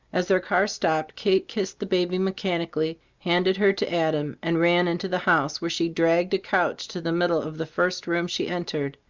as their car stopped, kate kissed the baby mechanically, handed her to adam, and ran into the house where she dragged a couch to the middle of the first room she entered,